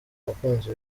abakunzi